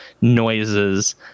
noises